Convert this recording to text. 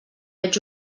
veig